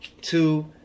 Two